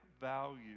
value